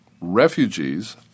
Refugees